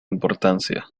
importancia